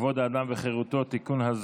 כבוד האדם וחירותו (תיקון,